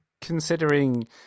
considering